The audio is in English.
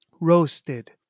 Roasted